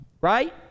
right